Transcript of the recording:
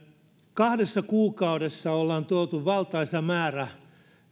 kahdessa kuukaudessa ollaan tuotu valtaisa määrä